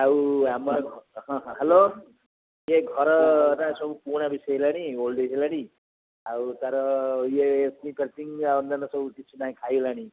ଆଉ ଆମର ହଁ ହଁ ହେଲୋ ଏ ଘରଟା ସବୁ ପୁରୁଣା ହୋଇଗଲାଣି ଓଲ୍ଡ ଏଜ୍ ହେଲାଣି ଆଉ ତାର ଇଏ ପେଟିଙ୍ଗ ବା ଅନ୍ୟାନ୍ୟ ସବୁ କିଛି ନାହିଁ ଖାଇଗଲାଣି